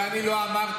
שאני לא אמרתי,